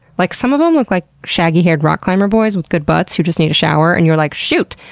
like, some of them look like shaggy-haired rock climber boys with good butts who just need a shower and you're like, shoot,